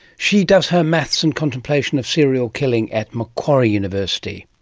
she does her maths and contemplation of serial killing at macquarie university.